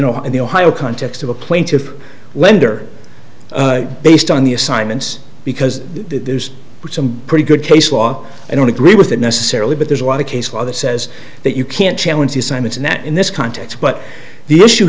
in the ohio context of a plaintiff lender based on the assignments because there's some pretty good case law i don't agree with that necessarily but there's a lot of case law that says that you can't challenge the assignment and that in this context but the issue